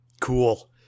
Cool